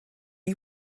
you